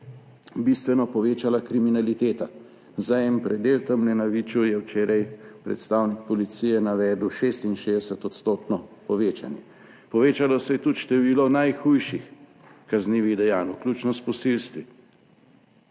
bistveno povečala kriminaliteta. Za en predel tamle na Viču je včeraj predstavnik policije navedel 66 % povečanje. Povečalo se je tudi število najhujših kaznivih dejanj, vključno s posilstvi.